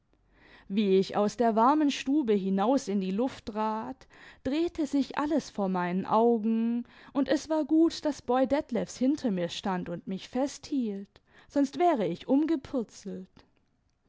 wie ich aus der warmen stube hinaus in die luft trat drdite sich alles vor meinen augen und es war gut daß boy detlefs hinter mir stand und mich festhielt sonst wäre ich umgepurzelt